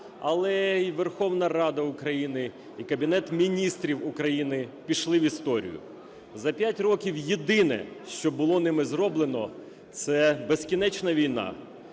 але і Верховна Рада України, і Кабінет Міністрів України пішли в історію. За 5 років єдине, що було ними зроблено, - це безкінечна війна,